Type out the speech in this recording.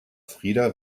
frida